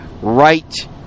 right